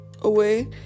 away